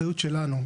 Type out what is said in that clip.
אחריות שלנו.